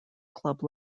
club